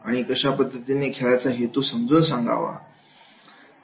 आणि कशा पद्धतीने खेळाचा हेतू समजून सांगावा आहे